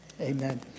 Amen